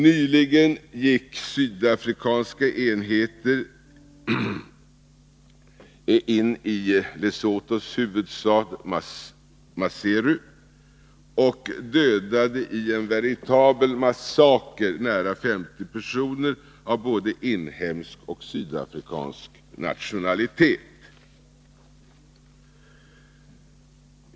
Nyligen gick sydafrikanska enheter in i Lesothos huvudstad Maseru och dödade i en veritabel massaker nära 50 personer av både inhemsk och sydafrikansk nationalitet.